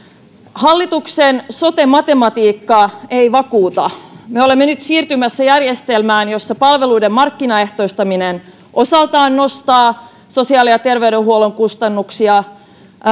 hallituksen sote matematiikka ei vakuuta me olemme nyt siirtymässä järjestelmään jossa palveluiden markkinaehtoistaminen osaltaan nostaa sosiaali ja terveydenhuollon kustannuksia